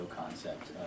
concept